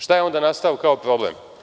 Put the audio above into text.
Šta je onda nastalo kao problem?